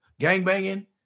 gangbanging